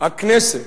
הכנסת